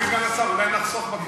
לא בעניין של פלמחים.